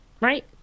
Right